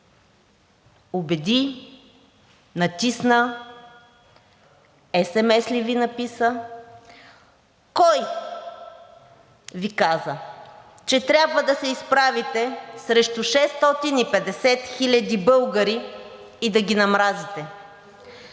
убеди, натисна, SMS ли Ви написа? Кой Ви каза, че трябва да се изправите срещу 650 хиляди българи и да ги намразите?